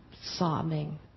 sobbing